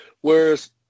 whereas